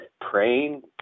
praying